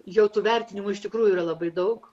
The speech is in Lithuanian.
jau tų vertinimų iš tikrųjų yra labai daug